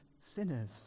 sinners